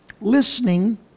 Listening